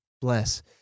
bless